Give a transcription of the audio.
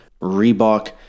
Reebok